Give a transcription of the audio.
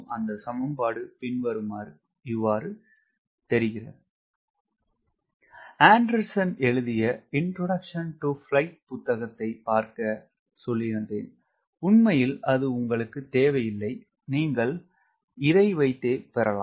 அந்த சமன்பாடு பின்வருமாறு ஆண்டர்சன் எழுதிய விமானம் ஒரு அறிமுகம் புத்தகத்தை பார்க்க சொல்லியிருந்தேன் உண்மையில் அது உங்களுக்கு தேவை இல்லை நீங்கள் இதை வைத்தே பெறலாம்